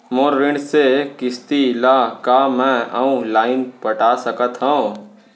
मोर ऋण के किसती ला का मैं अऊ लाइन पटा सकत हव?